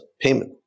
payment